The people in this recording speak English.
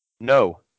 No